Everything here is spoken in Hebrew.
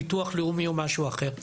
ביטוח לאומי או משהו אחר.